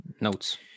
notes